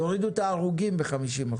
יורידו את ההרוגים ב-50%,